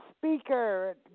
speaker